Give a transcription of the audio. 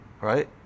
Right